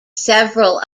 several